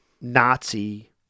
Nazi